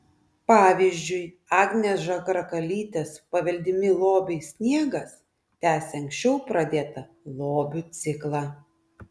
pavyzdžiui agnės žagrakalytės paveldimi lobiai sniegas tęsia anksčiau pradėtą lobių ciklą